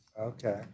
okay